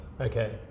Okay